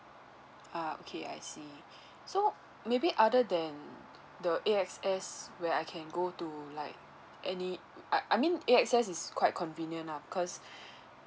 ah okay I see so maybe other than the A_X_S where I can go to like any I I mean A_X_S is quite convenient lah because